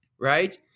right